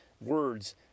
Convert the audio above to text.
words